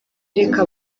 reka